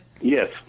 Yes